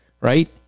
Right